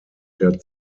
der